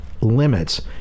limits